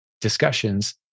discussions